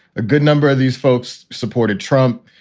a good number of these folks supported trump.